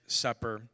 supper